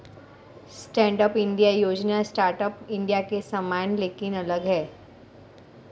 stand up India योजना startup India के समान लेकिन अलग है